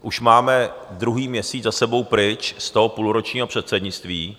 Už máme druhý měsíc za sebou pryč z toho půlročního předsednictví.